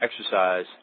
exercise